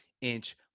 inch